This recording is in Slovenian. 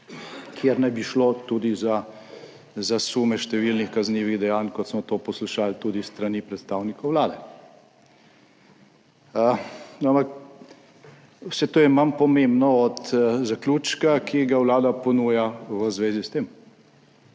kjer naj bi šlo tudi za sume številnih kaznivih dejanj, kot smo to poslušali tudi s strani predstavnikov Vlade, ampak vse to je manj pomembno od zaključka, ki ga Vlada ponuja v zvezi s tem.